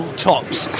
tops